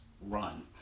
run